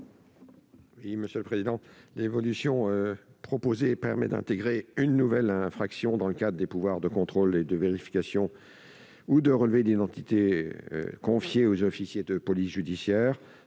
économiques ? L'évolution proposée permet d'instituer une nouvelle infraction, dans le cadre des pouvoirs de contrôle, de vérification ou de relevé d'identité confiés aux officiers de police judiciaire.